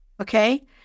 Okay